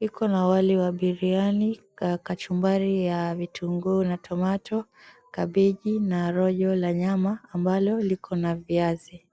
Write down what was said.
iko na wali wa biriani, kachumbari ya vitunguu na tomato, kabeji na rojo la nyama ambalo liko na viazi.